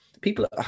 people